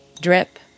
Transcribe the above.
drip